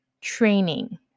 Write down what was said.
training